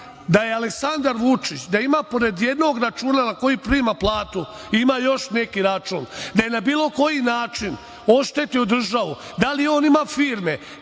da Aleksandar Vučić ima, pored jednog računa na koji prima platu, još neki račun, da je na bilo koji način oštetio državu, da li on ima firme,